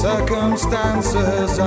Circumstances